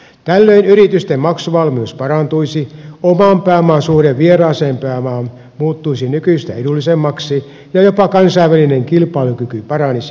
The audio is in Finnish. tällöin yritysten maksuvalmius parantuisi oman pääoman suhde vieraaseen pääomaan muuttuisi nykyistä edullisemmaksi ja jopa kansainvälinen kilpailukyky paranisi